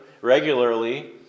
regularly